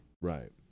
Right